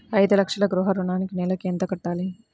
ఐదు లక్షల గృహ ఋణానికి నెలకి ఎంత కట్టాలి?